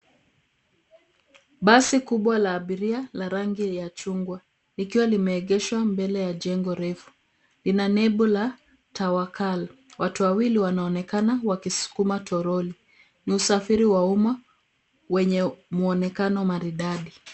Basi kubwa la abiria la rangi ya chungwa likiwa limeegeshwa mbele ya jengo refu. Ina nembo ya Tawakaal. Watu wawili wanaonekana wakisukuma toroli. Ni usafiri wa umma wenye mwonekano maridadi.